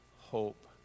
hope